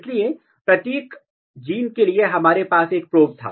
इसलिए प्रत्येक जीन के लिए हमारे पास एक प्रोब था